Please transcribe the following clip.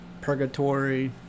purgatory